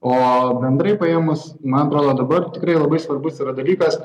o bendrai paėmus man atrodo dabar tikrai labai svarbus yra dalykas